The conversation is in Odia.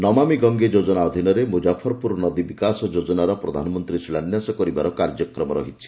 ନମାମୀ ଗଙ୍ଗେ ଯୋଜନା ଅଧୀନରେ ମୁଜାଫରପୁର ନଦୀ ବିକାଶ ଯୋଜନାର ପ୍ରଧାନମନ୍ତ୍ରୀ ଶିଳାନ୍ୟାସ କରିବାର କାର୍ଯ୍ୟକ୍ରମ ରହିଛି